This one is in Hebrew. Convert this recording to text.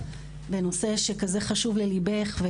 בנושא שכל כך חשוב ללבך.